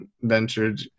ventured